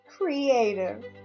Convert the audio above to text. creative